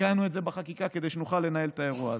תיקנו את זה בחקיקה כדי שנוכל לנהל את האירוע הזה.